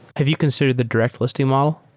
have you considered the direct listing model?